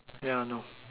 yeah no